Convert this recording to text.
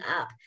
up